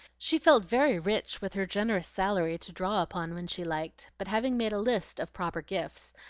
she felt very rich with her generous salary to draw upon when she liked but having made a list of proper gifts,